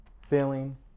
feeling